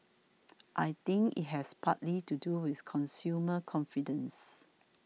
I think it has partly to do with consumer confidence